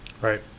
right